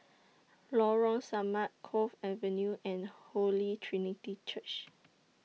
Lorong Samak Cove Avenue and Holy Trinity Church